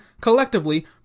collectively